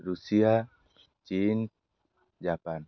Russia China Japan